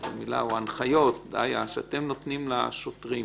ההנחיות שאתם נותנים לשוטרים,